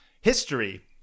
History